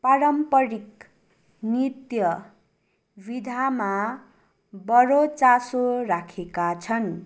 पारम्परिक नृत्य विधामा बढो चासो राखेका छन्